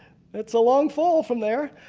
it's a long fall from there.